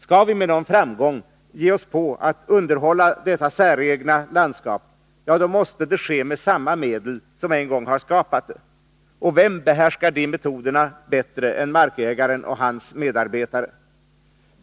Skall vi med någon framgång ge oss in på att underhålla detta säregna landskap måste det ske med samma metoder som en gång har skapat det. Och vem behärskar de metoderna bättre än markägaren och hans medarbetare?